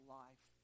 life